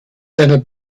seiner